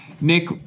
nick